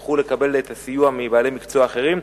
הלכו לקבל את הסיוע מבעלי מקצוע אחרים,